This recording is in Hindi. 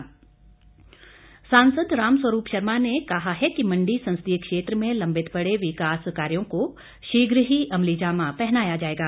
रामस्वरूप सांसद रामस्वरूप शर्मा ने कहा है कि मंडी संसदीय क्षेत्र में लंबित पड़े विकास कार्यों को शीघ्र ही अमलीजामा पहनाया जाएगा